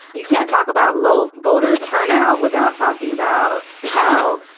you can't talk about low voter turnout without talking about how,